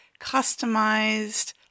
customized